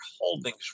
Holdings